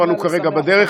אבל הוא כרגע בדרך,